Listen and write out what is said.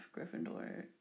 Gryffindor